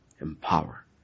Empower